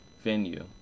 venue